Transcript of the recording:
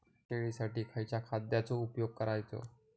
शेळीसाठी खयच्या खाद्यांचो उपयोग करायचो?